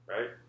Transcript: Right